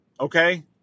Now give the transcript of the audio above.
Okay